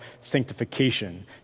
sanctification